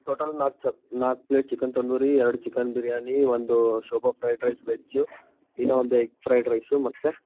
total ನಾಲ್ಕು check ನಾಲ್ಕು plate chicken tandoori ಎರಡು ಚಿಕನ್ ಬಿರ್ಯಾನಿ ಒಂದೂ ಶೋಭಾ ಫ್ರೈಡ್ ರೈಸ್ ವೆಜ್ಜು ಇನ್ನೂ ಒಂದು ಎಗ್ ಫ್ರೈಡ್ ರೈಸು ಮತ್ತೇ